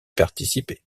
participer